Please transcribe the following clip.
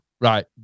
right